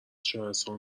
شهرستان